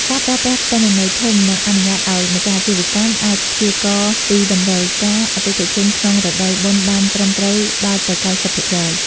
ការប្រើប្រាស់ទិន្នន័យធំ នឹងអនុញ្ញាតឱ្យម្ចាស់អាជីវកម្មអាចព្យាករណ៍ពីតម្រូវការអតិថិជនក្នុងរដូវបុណ្យបានត្រឹមត្រូវដល់ទៅ ៩០%។